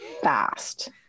fast